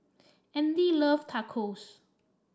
Andy love Tacos